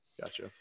Gotcha